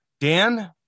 Dan